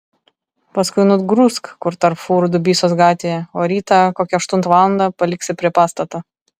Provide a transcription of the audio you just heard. paskui nugrūsk kur tarp fūrų dubysos gatvėje o rytą kokią aštuntą valandą paliksi prie pastato